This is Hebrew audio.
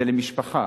זה למשפחה.